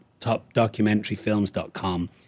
topdocumentaryfilms.com